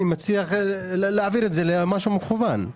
אני מציע להעביר את זה למשהו מכוון,